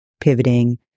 pivoting